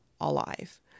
alive